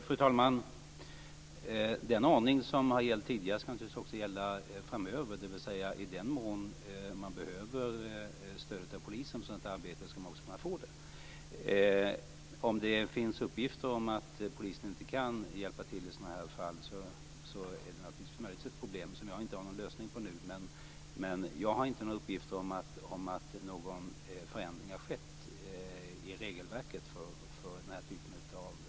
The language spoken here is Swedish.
Fru talman! Den ordning som har gällt tidigare skall naturligtvis också gälla framöver. I den mån man behöver stöd av polisen med sådant arbete skall man också kunna få det. Om uppgifterna om att polisen inte kan hjälpa till i sådana fall stämmer är det naturligtvis ett problem som jag inte har någon lösning på nu, men jag har inga uppgifter om att någon förändring har skett i regelverket för denna typ av insatser.